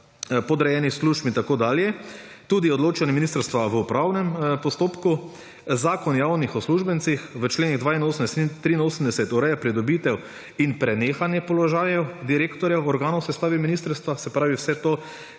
podrejenih služb in tako dalje, tudi odločanje ministrstva v upravnem postopku. Zakon o javnih uslužbencih v členih 82. in 83. ureja pridobitev in prenehanje položajev direktorjev v organu sestavi ministrstva; se pravi, vse to,